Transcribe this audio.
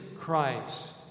Christ